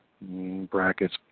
brackets